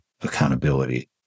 accountability